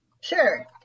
Sure